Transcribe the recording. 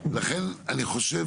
לכן, אני חושב